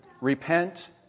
Repent